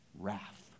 Wrath